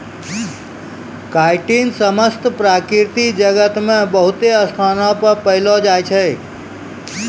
chitin समस्त प्रकृति जगत मे बहुते स्थानो पर पैलो जाय छै